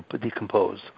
decompose